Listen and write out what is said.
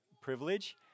privilege